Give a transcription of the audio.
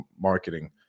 marketing